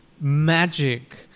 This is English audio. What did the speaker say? magic